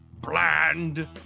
bland